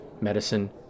medicine